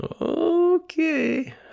Okay